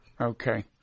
Okay